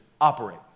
operate